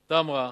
תמרה,